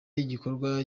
y’igikorwa